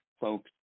folks